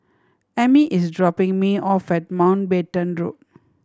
Ami is dropping me off at Mountbatten Road